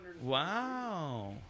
wow